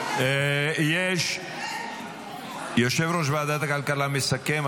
קשור --- יושב-ראש ועדת הכלכלה מסכם.